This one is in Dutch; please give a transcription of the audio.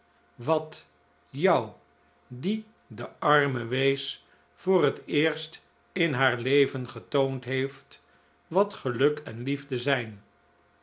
wat jou die de arme wees voor het eerst in haar leven getoond heeft wat geluk en liefde zijn